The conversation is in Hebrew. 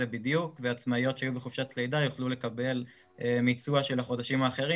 בדיוק ועצמאיות שהיו בחופשת לידה יוכלו לקבל מיצוע של החודשים האחרים